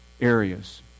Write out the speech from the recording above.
areas